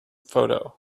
photo